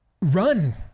run